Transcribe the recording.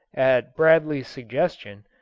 at bradley's suggestion,